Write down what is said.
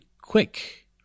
quick